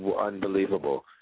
unbelievable